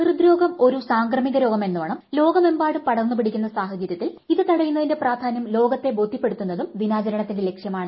ഹൃദ്രോഗം ഒരു സാംക്രമിക രോഗമെന്നോണം ലോകമെമ്പാടും പടർന്നുപിടിക്കുന്ന സാഹചര്യത്തിൽ ഇത് തടയുന്നതിന്റെ പ്രധാന്യം ലോകത്തെ ബോധ്യപ്പെടുത്തുന്നതും ദിനാചരണത്തിന്റെ ലക്ഷ്യമാണ്